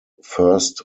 first